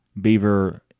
beaver